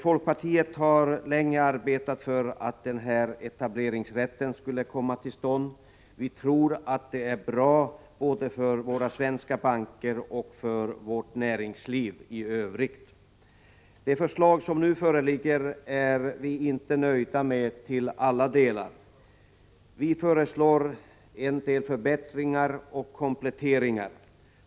Folkpartiet har länge arbetat för att den här etableringsrätten skulle komma till stånd. Vi tror att det är bra, både för våra svenska banker och för vårt näringsliv i övrigt. Det förslag som nu föreligger är vi inte nöjda med till alla delar. Vi föreslår en del förbättringar och kompletteringar.